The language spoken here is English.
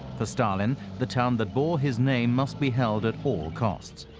for stalin, the town that bore his name must be held at all costs.